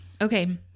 Okay